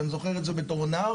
אני זוכר את זה בתור נער